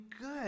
good